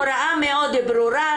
הוראה מאוד ברורה,